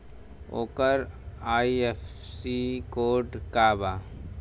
ओकर IFSC code का बा?